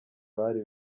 bari